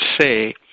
say